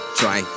try